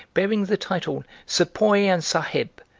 bearing the title sepoy and sahib,